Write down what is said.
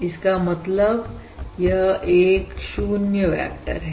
इसका मतलब यह एक 0 वेक्टर है